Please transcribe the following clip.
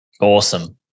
Awesome